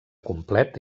complet